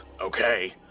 Okay